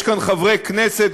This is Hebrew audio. יש כאן חברי כנסת,